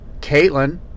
caitlin